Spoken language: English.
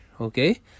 okay